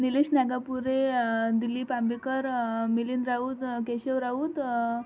Nilesh Nagapure Dilip Ambekar Milind Raut Keshav Raut